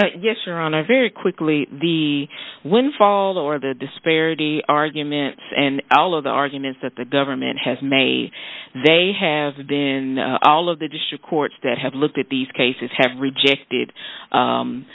minutes yes your honor very quickly the windfall or the disparity arguments and all of the arguments that the government has made they have been all of the district courts that have looked at these cases have rejected